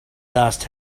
dust